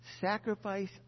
Sacrifice